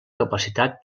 capacitat